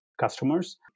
customers